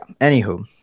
anywho